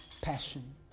passion